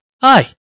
Hi